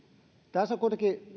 tässä on kuitenkin